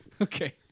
okay